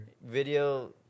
video